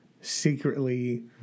secretly